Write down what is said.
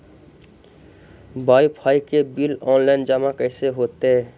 Wifi के bill online जमा कैसे होतै?